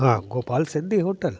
हा गोपाल सिंधी होटल